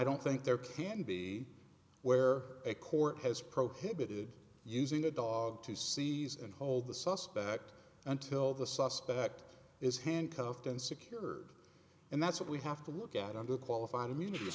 don't think there can be where a court has prohibited using a dog to seize and hold the suspect until the suspect is handcuffed and secured and that's what we have to look at under qualified immunity